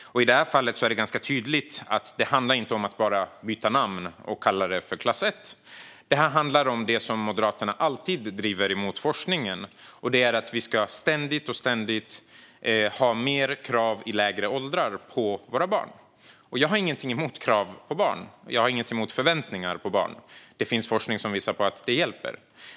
I detta fall är det tydligt att det inte bara handlar om att byta namn och kalla det för klass 1, utan det handlar om det som Moderaterna alltid driver mot forskningen, nämligen att vi ständigt ska ha mer krav på våra barn i lägre åldrar. Jag har inget emot krav eller förväntningar på barn; det finns forskning som visar att det hjälper.